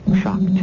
shocked